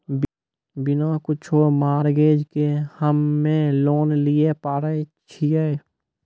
बिना कुछो मॉर्गेज के हम्मय लोन लिये पारे छियै?